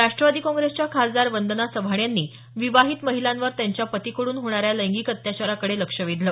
राष्टवादी काँग्रेसच्या खासदार वंदना चव्हाण यांनी विवाहित महिलांवर त्यांच्या पतीकड्रन होणाऱ्या लैंगिक अत्याचाराकडे लक्ष वेधलं